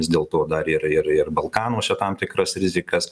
vis dėlto dar yra ir ir balkanuose tam tikras rizikas